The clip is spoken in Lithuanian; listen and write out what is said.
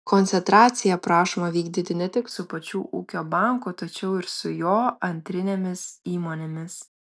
koncentracija prašoma vykdyti ne tik su pačiu ūkio banku tačiau ir su jo antrinėmis įmonėmis